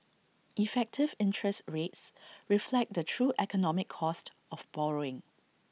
effective interest rates reflect the true economic cost of borrowing